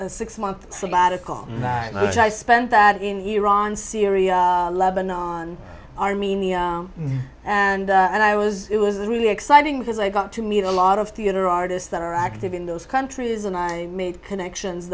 months six months sabbatical back which i spent that in iran syria lebannon armenia and i was it was really exciting because i got to meet a lot of theater artists that are active in those countries and i made connections